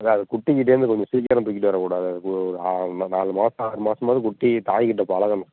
இல்லை அது குட்டிக்கிட்டேந்து கொஞ்சம் சீக்கிரம் தூக்கிகிட்டு வரக்கூடாது அதுக்குன்னு ஒரு ஆ நான் நாலு மாதம் அஞ்சு மாதமாவது குட்டி தாய்க்கிட்ட பழகணும்